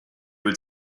were